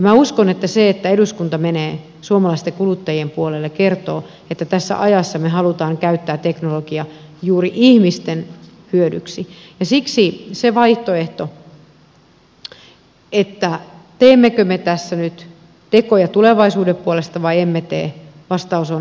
minä uskon että se että eduskunta menee suomalaisten kuluttajien puolelle kertoo että tässä ajassa me haluamme käyttää teknologiaa juuri ihmisten hyödyksi ja siksi vaihtoehtokysymykseen teemmekö me tässä nyt tekoja tulevaisuuden puolesta vai emme tee vastaus on